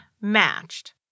matched